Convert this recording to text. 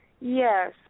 Yes